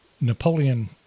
Napoleon